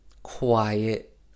quiet